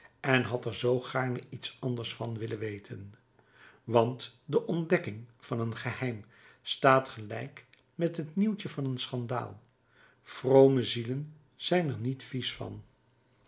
en had er zoo gaarne iets anders van willen weten want de ontdekking van een geheim staat gelijk met het nieuwtje van een schandaal vrome zielen zijn er niet vies van